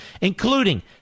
including